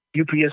UPS